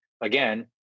again